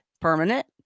Permanent